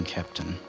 Captain